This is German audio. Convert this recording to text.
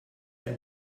ein